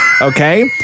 okay